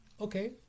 okay